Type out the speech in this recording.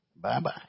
Bye-bye